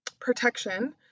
protection